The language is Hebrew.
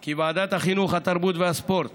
כי ועדת החינוך, התרבות והספורט